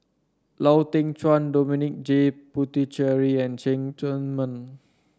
Lau Teng Chuan Dominic J Puthucheary and Cheng Tsang Man